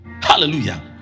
hallelujah